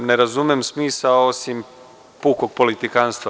Ne razumem smisao osim pukog politikanstva.